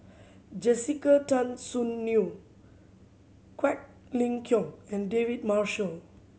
Jessica Tan Soon Neo Quek Ling Kiong and David Marshall